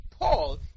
Paul